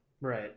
right